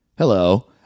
Hello